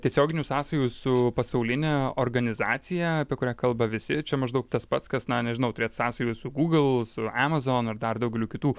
tiesioginių sąsajų su pasauline organizacija apie kurią kalba visi čia maždaug tas pats kas na nežinau turėt sąsajų su google su amazon ir dar daugeliu kitų